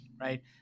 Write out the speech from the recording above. right